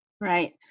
Right